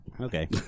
Okay